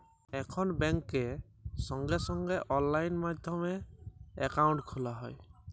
এখল ব্যাংকে সঙ্গে সঙ্গে অললাইন মাধ্যমে একাউন্ট খ্যলা যায়